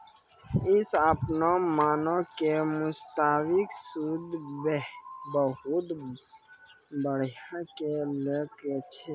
इ अपनो मनो के मुताबिक सूद बहुते बढ़ाय के लै छै